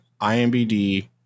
IMBD